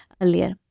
earlier